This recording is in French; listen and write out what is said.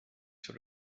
sur